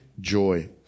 joy